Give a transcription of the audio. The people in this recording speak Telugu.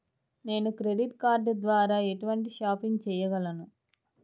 నేను క్రెడిట్ కార్డ్ ద్వార ఎటువంటి షాపింగ్ చెయ్యగలను?